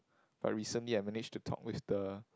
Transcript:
but recently I managed to talk with the